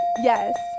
Yes